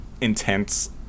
intense